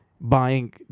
buying